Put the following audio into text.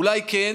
אולי כן.